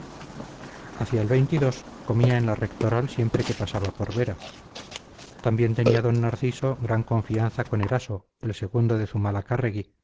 hacia el comía en la rectoral siempre que pasaba por vera también tenía d narciso gran confianza con eraso el segundo de zumalacárregui y aun